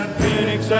Phoenix